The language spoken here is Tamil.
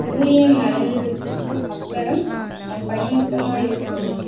சூரியன் மறைஞ்சதுக்கு அப்புறம் பனிமூட்டமாக இருக்குமா